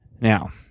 Now